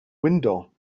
window